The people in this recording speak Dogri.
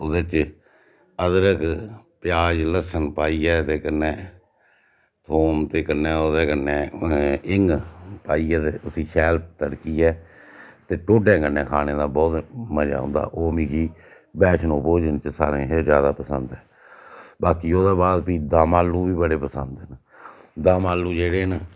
ओह्दे च अदरक प्याज लसन पाइयै ते कन्नै थोम ते कन्नै ओह्दे कन्नै हिङ पाइयै ते उसी शैल तड़कियै ते ढोडें कन्नै खाने दा बौह्त मज़ा औंदा ओह् मिगी बैश्णो भोजन च सारें शा ज्यादा पसंद ऐ बाकी ओह्दे बाद फ्ही दमआलूं बी बड़े पसंद न दमआलूं जेह्ड़े न